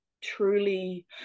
truly